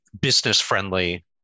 business-friendly